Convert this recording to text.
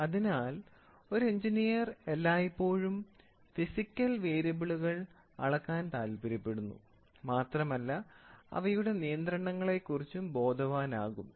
അതിനാൽ ഒരു എഞ്ചിനീയർ എല്ലായ്പ്പോഴും ഫിസിക്കൽ വേരിയബിളുകൾ അളക്കാൻ താൽപ്പര്യപ്പെടുന്നു മാത്രമല്ല അവയുടെ നിയന്ത്രണങ്ങളേക്കുറിച്ചും ബോധവനാകും